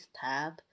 tab